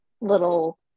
little